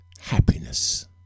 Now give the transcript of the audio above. happiness